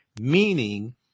meaning